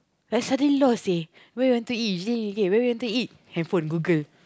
I suddenly lost seh where you want to eat you say okay where we want to eat handphone Google